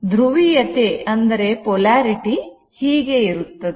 ಧ್ರುವೀಯತೆ ಹೀಗೆ ಇರುತ್ತದೆ